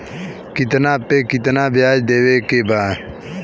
कितना पे कितना व्याज देवे के बा?